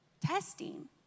testing